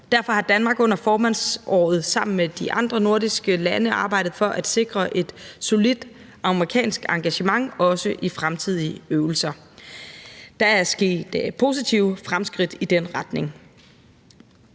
Derfor har Danmark under formandsåret sammen med de andre nordiske lande arbejdet for at sikre et solidt amerikansk engagement også i fremtidige øvelser. Der er sket positive fremskridt i den retning.